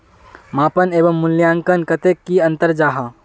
मापन एवं मूल्यांकन कतेक की अंतर जाहा?